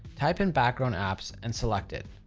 type in background apps and select it,